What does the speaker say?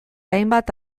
hainbat